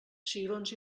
cigrons